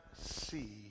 see